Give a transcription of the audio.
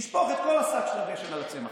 תשפוך את כל השק של הדשן על הצמח.